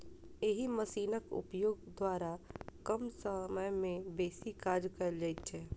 एहि मशीनक उपयोग द्वारा कम समय मे बेसी काज कयल जाइत छै